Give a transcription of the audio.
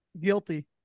Guilty